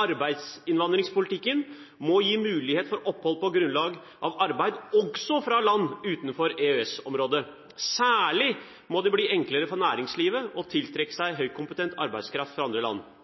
Arbeidsinnvandringspolitikken må gi mulighet for opphold på grunnlag av arbeid, også fra land utenfor EØS-området. Særlig må det bli enklere for næringslivet å tiltrekke seg høykompetent arbeidskraft fra andre land.» Og videre: